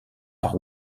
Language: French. par